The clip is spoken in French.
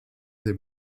des